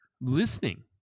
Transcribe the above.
listening